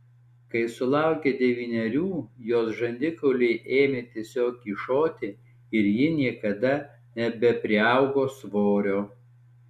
kai sulaukė devynerių jos žandikauliai ėmė tiesiog kyšoti ir ji niekada nebepriaugo svorio